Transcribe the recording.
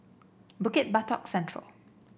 Bukit Batok Central